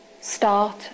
start